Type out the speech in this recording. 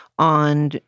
on